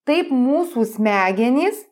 taip mūsų smegenys